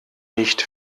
nicht